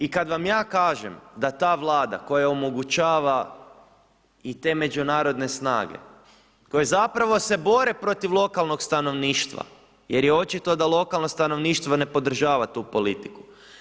I kad vam ja kažem da ta Vlada koja omogućava i te međunarodne snage koje zapravo se bore protiv lokalnog stanovništva jer je očito da lokalno stanovništvo ne podržava tu politiku.